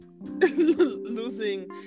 losing